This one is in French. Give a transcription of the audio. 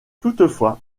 toutefois